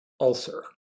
ulcer